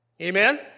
Amen